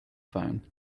phone